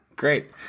Great